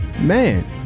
man